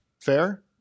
Fair